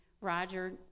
Roger